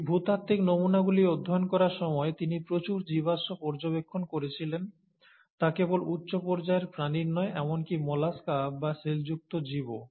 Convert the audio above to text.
এই ভূতাত্ত্বিক নমুনাগুলি অধ্যয়ন করার সময় তিনি প্রচুর জীবাশ্ম পর্যবেক্ষণ করেছিলেন তা কেবল উচ্চ পর্যায়ের প্রাণীই নয় এমনকি মলাস্কা বা শেলযুক্ত জীবও